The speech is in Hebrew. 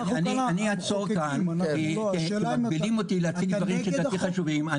אני אעצור כאן כי מגבילים אותי להגיד דברים שלדעתי הם חשובים.